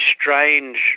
strange